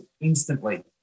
instantly